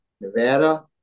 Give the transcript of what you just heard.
Nevada